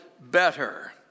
better